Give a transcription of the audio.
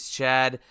Chad